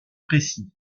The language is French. précis